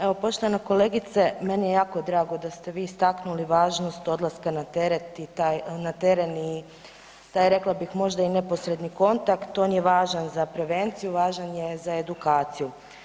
Evo poštovana kolegice, meni je jako drago da ste vi istaknuli važnost odlaska na teren i da je rekla bih možda i neposredni kontakt on je važan za prevenciju i važan za edukaciju.